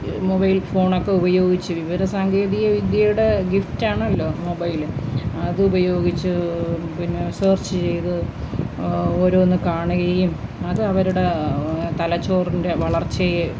mobile ഫോണൊക്കെ ഉപയോഗിച്ചു വിവര സാങ്കേതിക വിദ്യയുടെ ഗിഫ്റ്റാണല്ലൊ മൊബൈൽ അതുപയോഗിച്ചു പിന്നെ സെർച്ച് ചെയ്ത് ഓരോന്നു കാണുകയും അത് അവരുടെ തലച്ചോറിൻ്റെ വളർച്ചയെ